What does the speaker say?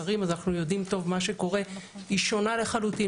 יודעים טוב מה שקורה - היא שונה לחלוטין